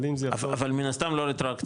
אבל אם זה יחזור --- אבל מן הסתם לא רטרואקטיבית,